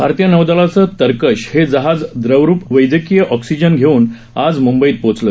भारतीय नौदलाचं तरकश हे जहाज द्रवरुप वैदयकीय अॅक्सिजन घेऊन आज मुंबईत पोचलं